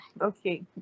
okay